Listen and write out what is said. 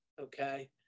Okay